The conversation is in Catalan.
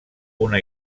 una